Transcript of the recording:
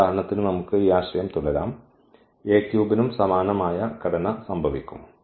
ഉദാഹരണത്തിന് നമുക്ക് ഈ ആശയം തുടരാം നും സമാനമായ ഘടന സംഭവിക്കും